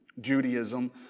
Judaism